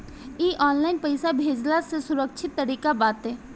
इ ऑनलाइन पईसा भेजला से सुरक्षित तरीका बाटे